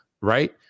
right